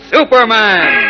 Superman